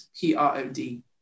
P-R-O-D